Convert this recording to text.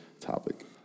topic